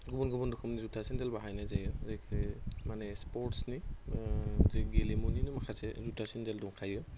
गुबुन गुबुन रोखोमनि जुटा सेन्देल बाहायनाय जायो जायफोर माने स्पर्टसनि जे गेलेमुनिनो माखासे जुटा सेन्देल दंखायो